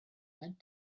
went